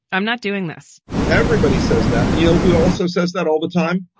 i'm not doing this everybody says that. and you know who also says that all the time?